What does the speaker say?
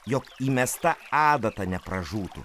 jog įmesta adata nepražūtų